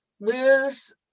lose